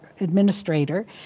administrator